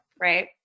Right